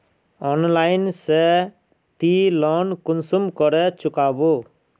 Online से ती loan कुंसम करे चुकाबो?